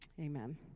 Amen